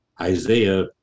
Isaiah